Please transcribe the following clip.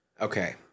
Okay